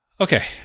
Okay